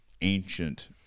ancient